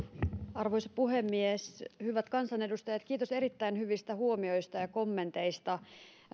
arvoisa puhemies hyvät kansanedustajat kiitos erittäin hyvistä huomioista ja ja kommenteista